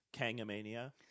Kangamania